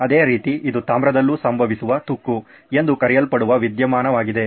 ಅದೇ ರೀತಿ ಇದು ತಾಮ್ರದಲ್ಲೂ ಸಂಭವಿಸುವ ತುಕ್ಕು ಎಂದು ಕರೆಯಲ್ಪಡುವ ವಿದ್ಯಮಾನವಾಗಿದೆ